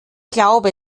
glaube